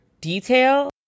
detail